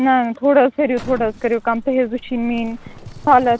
نَہ تھوڑاحظ کٔرو تھوڑا حظ کٔروکَم تُہۍ حظ وٕچھُو میٲنۍ حالت